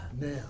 Now